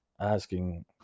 asking